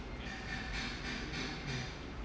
mm